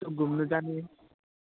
त्यो घुम्नु जाने